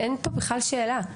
אין פה בכלל שאלה.